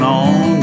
on